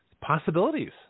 Possibilities